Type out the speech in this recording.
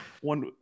one